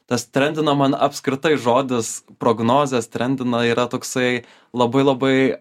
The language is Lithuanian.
tas trendina man apskritai žodis prognozės trendina yra toksai labai labai